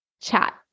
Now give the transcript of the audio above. chat